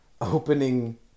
opening